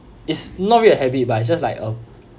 it's not really a habit but it's just like a